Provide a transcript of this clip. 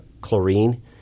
chlorine